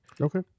Okay